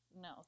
no